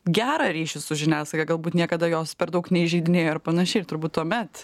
gerą ryšį su žiniasklaida galbūt niekada jos per daug neįžeidinėjo ar panašiai ir turbūt tuomet